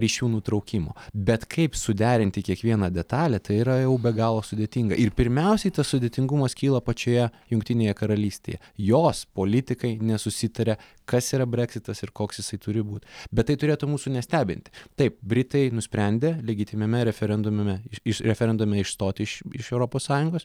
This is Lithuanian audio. ryšių nutraukimo bet kaip suderinti kiekvieną detalę tai yra jau be galo sudėtinga ir pirmiausiai tas sudėtingumas kyla pačioje jungtinėje karalystėje jos politikai nesusitaria kas yra breksitas ir koks jisai turi būt bet tai turėtų mūsų nestebint taip britai nusprendė legitimiame referendumeme referendume išstot iš iš europos sąjungos